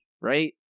right